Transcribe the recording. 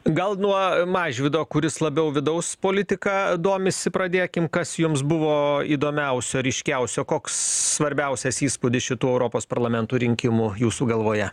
gal nuo mažvydo kuris labiau vidaus politika domisi pradėkim kas jums buvo įdomiausio ryškiausio koks svarbiausias įspūdis šitų europos parlamentų rinkimų jūsų galvoje